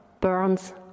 burns